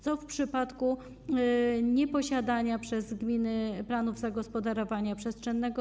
Co w przypadku nieposiadania przez gminy planów zagospodarowania przestrzennego?